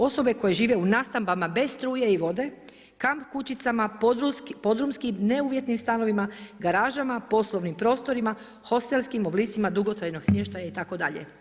Osobe koje žive u nastambama bez struje i vode, kamp kućicama, podrumskim, ne uvjetnim stanovima, garažama, poslovnim prostorima, hostelskim oblicima dugotrajnog smještaja itd.